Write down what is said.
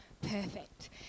perfect